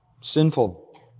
sinful